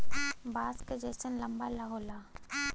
बाँस क जैसन लंबा लम्बा होला